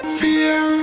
fear